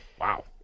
Wow